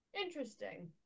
Interesting